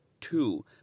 two